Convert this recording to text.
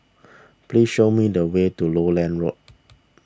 please show me the way to Lowland Road